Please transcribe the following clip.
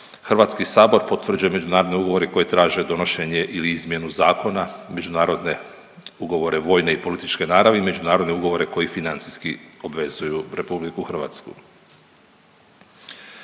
ugovora, HS potvrđuje međunarodne ugovore koji traže donošenje ili izmjenu zakona, međunarodne ugovore vojne i političke naravi, međunarodne ugovori koji financijski obvezuju RH. U postupku